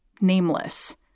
nameless